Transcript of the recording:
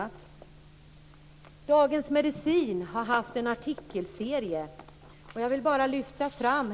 Tidningen Dagens Medicin har haft en artikelserie.